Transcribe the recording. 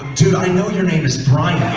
dude i know your name is brian